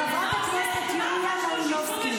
חברת הכנסת יוליה מלינובסקי.